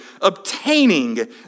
obtaining